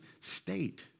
state